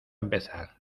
empezar